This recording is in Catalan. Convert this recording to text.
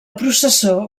processó